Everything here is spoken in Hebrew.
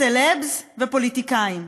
סלבס ופוליטיקאים,